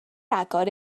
agor